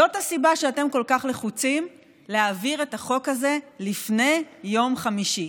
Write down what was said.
זאת הסיבה שאתם כל כך לחוצים להעביר את החוק הזה לפני יום חמישי.